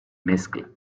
mezcla